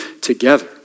together